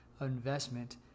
investment